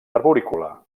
arborícola